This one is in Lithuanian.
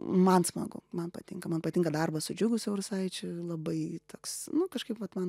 man smagu man patinka man patinka darbas su džiugu siaurusaičiu labai toks nu kažkaip vat man